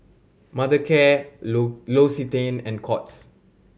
Mothercare L'Occitane and Courts